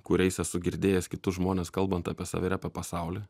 kuriais esu girdėjęs kitus žmones kalbant apie save ir apie pasaulį